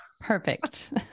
Perfect